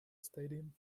stadium